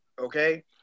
Okay